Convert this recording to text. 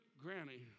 granny